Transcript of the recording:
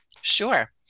Sure